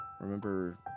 remember